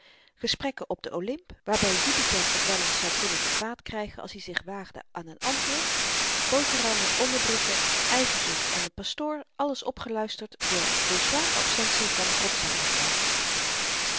gesprekken op den olymp waarby jupiter t wel eens zou kunnen te kwaad krygen als i zich waagde aan n antwoord boterammen onderbroeken yverzucht en n pastoor alles opgeluisterd door volslagen absentie van godzaligheid